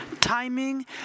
timing